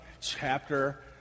chapter